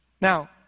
Now